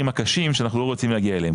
הקשים שאנחנו לא רוצים להגיע אליהם,